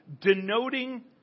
denoting